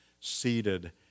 seated